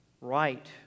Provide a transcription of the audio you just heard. right